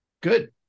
Good